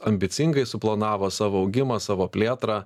ambicingai suplanavo savo augimą savo plėtrą